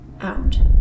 out